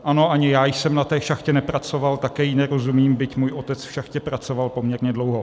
Ano, ani já jsem na té šachtě nepracoval, také jí nerozumím, byť můj otec v šachtě pracoval poměrně dlouho.